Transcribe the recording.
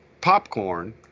popcorn